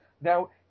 Now